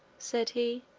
said he,